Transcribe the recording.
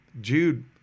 Jude